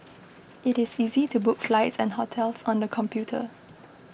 it is easy to book flights and hotels on the computer